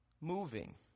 moving